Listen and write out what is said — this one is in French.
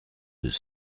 deux